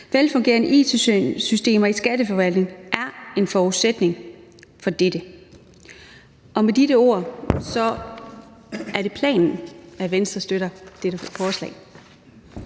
Velfungerende it-systemer i skatteforvaltningen er en forudsætning for dette. Med disse ord er det planen, at Venstre støtter dette forslag.